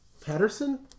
Patterson